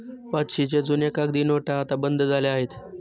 पाचशेच्या जुन्या कागदी नोटा आता बंद झाल्या आहेत